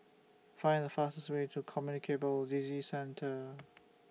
Find The fastest Way to Communicable Disease Center